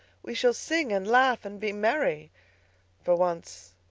we shall sing and laugh and be merry for once.